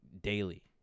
daily